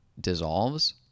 dissolves